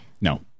No